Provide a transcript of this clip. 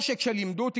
לימדו אותי,